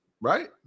Right